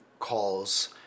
calls